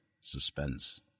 suspense